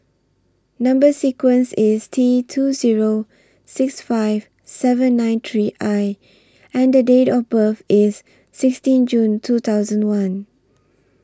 Number sequence IS T two Zero six five seven nine three I and Date of birth IS sixteen June two thousand and one